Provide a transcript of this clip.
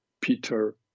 Peter